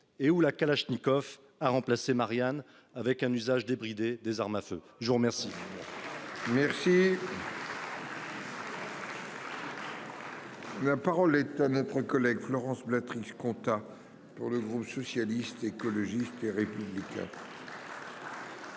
et où la Kalachnikov à remplacer Marianne avec un usage débridé des armes à feu. Je vous remercie. La parole est à notre collègue Florence. Compta. Pour le groupe socialiste, écologiste et républicain.